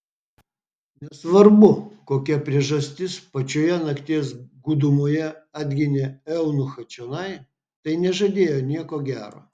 nesvarbu kokia priežastis pačioje nakties gūdumoje atginė eunuchą čionai tai nežadėjo nieko gero